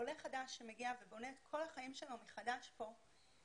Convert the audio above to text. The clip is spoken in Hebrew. עולה חדש שמגיע ובונה את כל החיים שלו מחדש כאן,